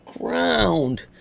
ground